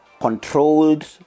controlled